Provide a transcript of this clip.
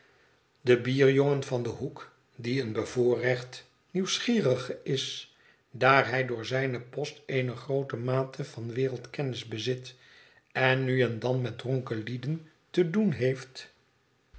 de bierjongen van den hoek die een bevoorrecht nieuwsgierige is daar hij door zijn post eene groote mate van wereldkennis bezit en nu en dan met dronken lieden te doen heeft